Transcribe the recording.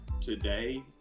today